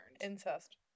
Incest